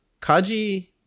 Kaji